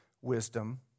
wisdom